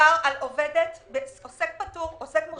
מדובר על עוסק פטור, עוסק מורשה,